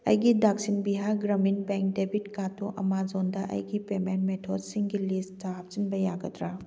ꯑꯩꯒꯤ Dakshin Bihar Gramin bank debit ꯀꯥꯔꯠꯇꯨ ꯑꯃꯥꯖꯣꯟꯗ ꯑꯩꯒꯤ ꯄꯦꯃꯦꯟ ꯃꯦꯊꯣꯠꯁꯤꯡꯒꯤ ꯂꯤꯁꯇ ꯍꯥꯞꯆꯤꯟꯕ ꯌꯥꯒꯗ꯭ꯔꯥ